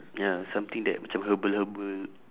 ya something that macam herbal herbal